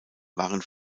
waren